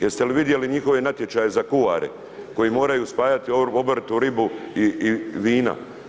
Jeste li vidjeli njihove natječaje za kuhare koji moraju spajati obrt u ribu i vina?